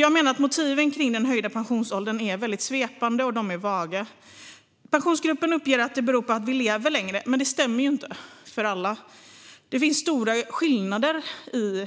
Jag menar att motiven till den höjda pensionsåldern är väldigt svepande och vaga. Pensionsgruppen uppger att det beror på att vi lever längre, men det stämmer ju inte för alla. Det finns stora skillnader i